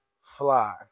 fly